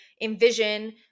envision